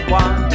one